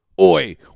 Oi